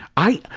i,